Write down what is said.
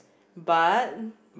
but